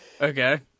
Okay